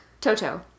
Toto